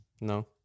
No